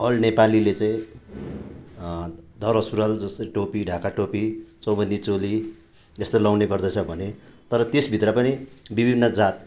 all नेपालीले चाहिँ दौरा सुरुवाल जस्तै टोपी ढाका टोपी चौबन्दी चोली जस्तै लगाउने गर्दछ भने तर त्यसभित्र पनि विभिन्न जात